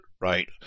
right